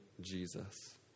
Jesus